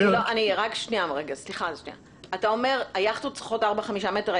אומר שהיכטות צריכות ארבעה-חמישה מטרים,